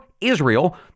Israel